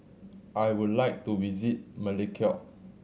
I would like to visit Melekeok